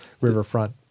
riverfront